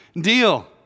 deal